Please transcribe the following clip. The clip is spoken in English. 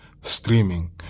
streaming